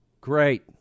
Great